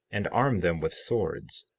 and arm them with swords,